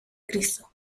cristo